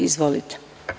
Izvolite.